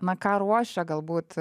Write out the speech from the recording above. na ką ruošia galbūt